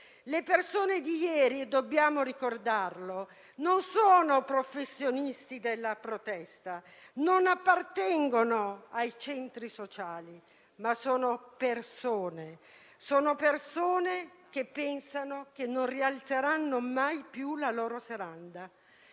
Le persone di ieri - dobbiamo ricordarlo - non sono professionisti della protesta e non appartengono ai centri sociali, ma pensano che non rialzeranno mai più la loro serranda,